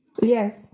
Yes